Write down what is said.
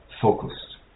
focused